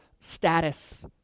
status